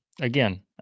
again